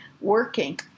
working